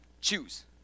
choose